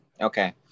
Okay